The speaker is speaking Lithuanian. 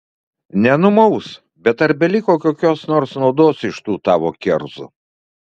nenumaus bet ar beliko kokios nors naudos iš tų tavo kerzų